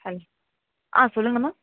ஆ சொல்லுங்கம்மா